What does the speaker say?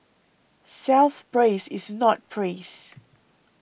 self praise is not praise